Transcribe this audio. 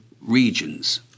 regions